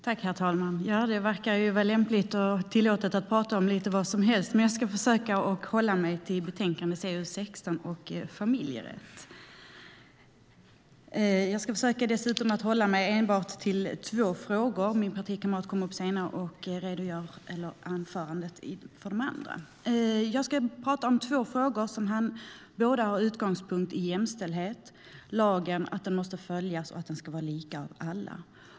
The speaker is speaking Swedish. Herr talman! Det verkar vara tillåtet att prata om vad som helst, men jag ska försöka hålla mig till betänkandet CU16 och familjerätt. Jag ska dessutom hålla mig till enbart två frågor. Min partikamrat kommer att tala om de andra. Jag ska prata om två frågor som båda har sin utgångspunkt i jämställdhet, nämligen att lagen måste följas och att det ska vara lika för alla.